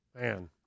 Man